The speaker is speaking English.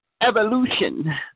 evolution